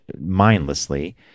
mindlessly